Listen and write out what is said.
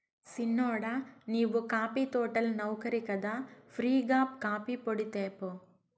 సిన్నోడా నీవు కాఫీ తోటల నౌకరి కదా ఫ్రీ గా కాఫీపొడి తేపో